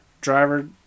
Driver